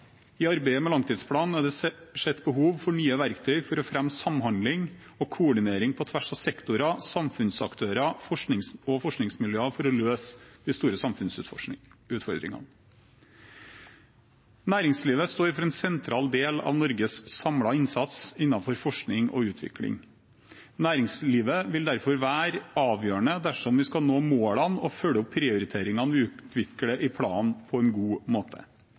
I arbeidet med langtidsplanen er det sett behov for nye verktøy for å fremme samhandling og koordinering på tvers av sektorer, samfunnsaktører og forskningsmiljøer for å løse de store samfunnsutfordringene. Næringslivet står for en sentral del av Norges samlede innsats innenfor forskning og utvikling. Næringslivet vil derfor være avgjørende dersom vi skal nå målene og følge opp prioriteringene vi utvikler i planen, på en god måte.